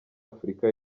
afurika